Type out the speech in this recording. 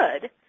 good